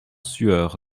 sueur